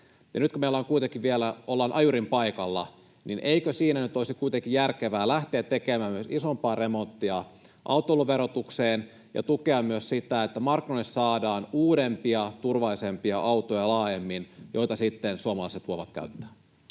nyt kun me ollaan kuitenkin vielä ajurin paikalla, niin eikö siinä nyt olisi kuitenkin järkevää lähteä tekemään myös isompaa remonttia autoiluverotukseen ja tukea myös sitä, että markkinoille saadaan uudempia, turvallisempia autoja laajemmin, joita sitten suomalaiset voivat käyttää?